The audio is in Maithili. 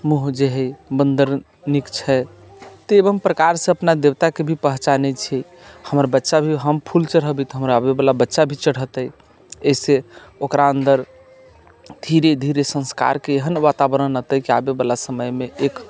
मुँह जे हइ बन्दर निक छै तऽ एवम प्रकार से अपना देवताके भी पहचानैत छियै हमर बच्चा भी हम फूल चढ़बै तऽ हमरा अबै बला बच्चा भी चढ़तै एहिसे ओकरा अन्दर धीरे धीरे संस्कारके एहन वातावरण अयतै कि आबै बला समयमे एक